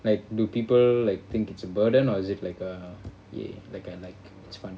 like do people like think it's a burden or is it like I don't know !yay! like a like it's fun